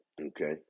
okay